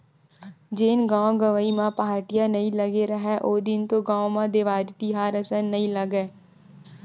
जेन गाँव गंवई म पहाटिया नइ लगे राहय ओ दिन तो गाँव म देवारी तिहार असन नइ लगय,